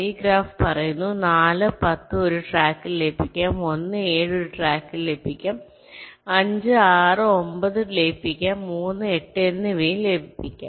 ഈ ഗ്രാഫ് പറയുന്നു 4 10 ഒരു ട്രാക്കിൽ ലയിപ്പിക്കാം 1 7 ഒരു ട്രാക്കിൽ ലയിപ്പിക്കാം 5 6 9 ലയിപ്പിക്കാം 3 8 എന്നിവയും ലയിപ്പിക്കാം